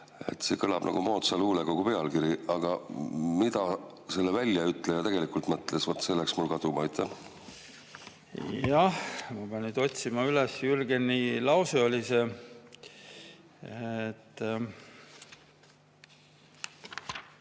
See kõlab nagu moodsa luulekogu pealkiri, aga mida selle väljaütleja tegelikult mõtles, vaat see läks mul kaduma. Jah, ma pean nüüd otsima üles, Jürgeni lause oli see.